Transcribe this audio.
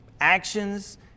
actions